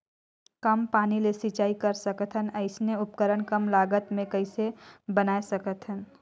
कम पानी ले सिंचाई कर सकथन अइसने उपकरण कम लागत मे कइसे बनाय सकत हन?